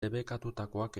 debekatutakoak